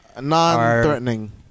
Non-threatening